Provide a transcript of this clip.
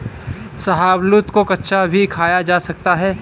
शाहबलूत को कच्चा भी खाया जा सकता है